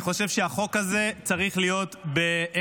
אני חושב שהחוק הזה צריך להיות בהחזרים